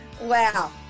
wow